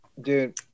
Dude